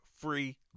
free